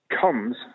comes